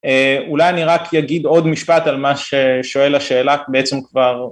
אולי אני רק אגיד עוד משפט על מה ששואל השאלה בעצם כבר